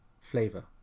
flavor